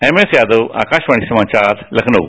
MS Yadav Akashvani समाचार लखनऊ